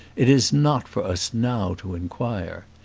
it is not for us now to inquire.